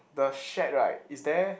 the shed right is there